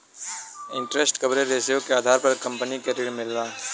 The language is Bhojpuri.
इंटेरस्ट कवरेज रेश्यो के आधार पर कंपनी के ऋण मिलला